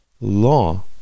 law